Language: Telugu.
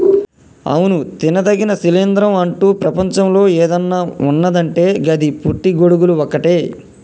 అవును తినదగిన శిలీంద్రం అంటు ప్రపంచంలో ఏదన్న ఉన్నదంటే గది పుట్టి గొడుగులు ఒక్కటే